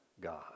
God